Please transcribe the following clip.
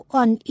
on